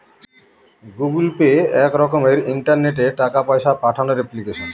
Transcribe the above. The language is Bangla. গুগল পে এক রকমের ইন্টারনেটে টাকা পয়সা পাঠানোর এপ্লিকেশন